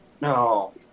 no